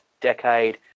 decade